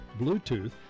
Bluetooth